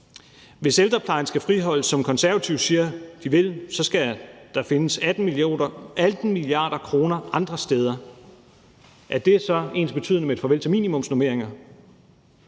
Hvis ældreplejen skal friholdes, som Konservative siger de vil, så skal der findes 18 mia. kr. andre steder. Er det så ensbetydende med et farvel til minimumsnormeringer?